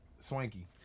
Swanky